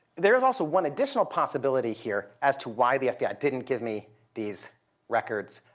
there is also one additional possibility here as to why the fbi didn't give me these records